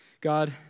God